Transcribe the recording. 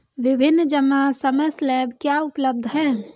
विभिन्न जमा समय स्लैब क्या उपलब्ध हैं?